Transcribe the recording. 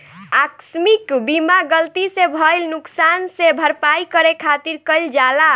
आकस्मिक बीमा गलती से भईल नुकशान के भरपाई करे खातिर कईल जाला